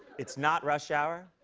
it's not rush hour.